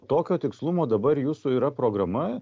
tokio tikslumo dabar jūsų yra programa